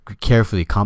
carefully